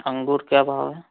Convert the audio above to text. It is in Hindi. अंगूर क्या भाव है